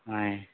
ఆయ్